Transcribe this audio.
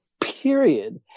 Period